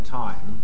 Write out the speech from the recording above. time